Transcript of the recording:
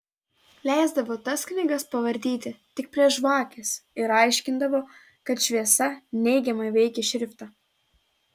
leisdavo tas knygas pavartyti tik prie žvakės ir aiškindavo kad šviesa neigiamai veikia šriftą